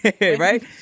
right